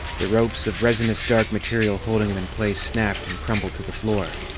the ropes of resinous dark material holding him in place snapped and crumbled to the floor.